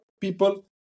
people